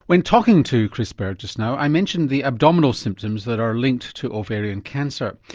when talking to chris berg just now i mentioned the abdominal symptoms that are linked to ovarian cancer.